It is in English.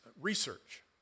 research